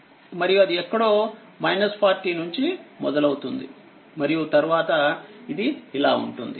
మరియు అది ఎక్కడో 40 నుంచి మొదలవుతుంది మరియు తరువాత ఇది ఇలా ఉంటుంది